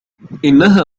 إنها